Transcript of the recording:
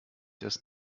das